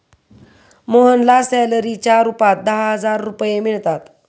मोहनला सॅलरीच्या रूपात दहा हजार रुपये मिळतात